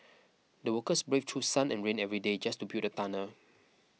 the workers braved through sun and rain every day just to build the tunnel